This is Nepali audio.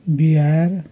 बिहार